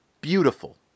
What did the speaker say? beautiful